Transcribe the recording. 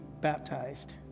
baptized